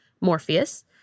Morpheus